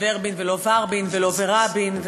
וֶרְבִּין ולא וַרְבִּין ולא וֶרַבִּין.